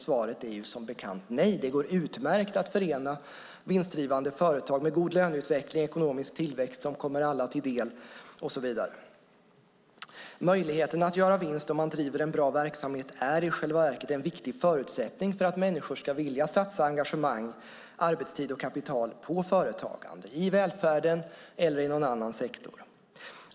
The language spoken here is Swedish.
Svaret är som bekant nej. Det går utmärkt att förena vinstdrivande företag med god löneutveckling, ekonomisk tillväxt som kommer alla till del och så vidare. Möjligheten att göra vinst om man driver en bra verksamhet är i själva verket en viktig förutsättning för att människor ska vilja satsa engagemang, arbetstid och kapital på företagande, i välfärden eller i någon annan sektor.